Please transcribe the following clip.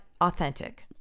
authentic